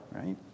right